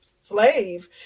slave